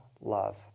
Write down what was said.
love